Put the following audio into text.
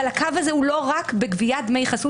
אבל הקו הזה הוא לא רק בגביית דמי חסות,